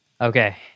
Okay